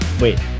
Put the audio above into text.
wait